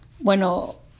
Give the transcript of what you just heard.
Bueno